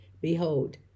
behold